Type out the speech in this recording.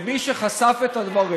אל מי שחשף את הדברים,